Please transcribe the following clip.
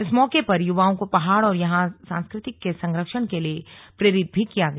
इस मौके पर युवाओं को पहाड़ और यहां संस्कृतिक के सरंक्षण के लिए प्रेरित भी किया गया